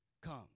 come